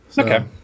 Okay